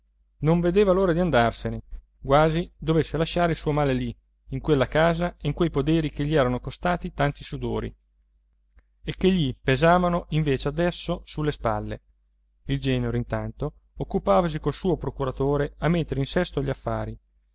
non vedeva l'ora d'andarsene quasi dovesse lasciare il suo male lì in quella casa e in quei poderi che gli erano costati tanti sudori e che gli pesavano invece adesso sulle spalle il genero intanto occupavasi col suo procuratore a mettere in sesto gli affari